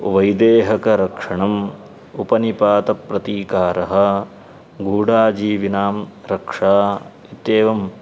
वैदेहकस्य रक्षणम् उपनिपातस्य प्रतिकारः गूडाजीविनां रक्षा इत्येवम्